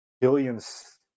billions